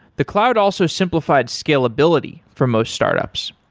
the cloud also simplified scalability for most startups,